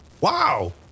Wow